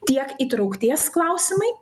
tiek įtraukties klausimai